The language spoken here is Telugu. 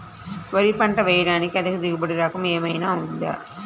వరి పంట వేయటానికి అధిక దిగుబడి రకం ఏమయినా ఉందా?